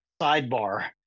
sidebar